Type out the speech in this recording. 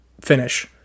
finish